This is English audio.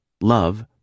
love